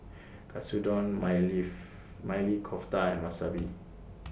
Katsudon Maili Kofta and Wasabi